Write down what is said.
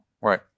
Right